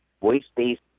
Voice-based